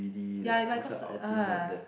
ya I like cause ah